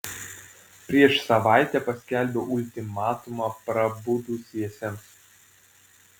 prieš savaitę paskelbiau ultimatumą prabudusiesiems